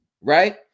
right